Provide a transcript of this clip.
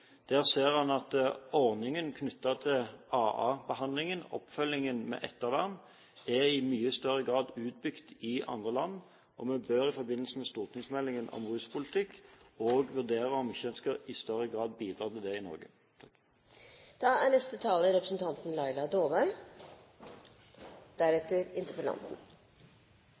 Der ser en at ordningen knyttet til AA-behandlingen, oppfølgingen med ettervern, i mye større grad er utbygd i andre land, og vi bør i forbindelse med stortingsmeldingen om ruspolitikk også vurdere om en ikke i større grad skal bidra til det i Norge. Jeg har lyst til å takke representanten